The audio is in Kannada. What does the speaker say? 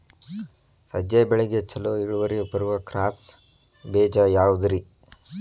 ಸಜ್ಜೆ ಬೆಳೆಗೆ ಛಲೋ ಇಳುವರಿ ಬರುವ ಕ್ರಾಸ್ ಬೇಜ ಯಾವುದ್ರಿ?